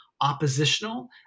oppositional